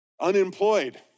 unemployed